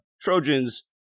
Trojans